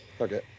Okay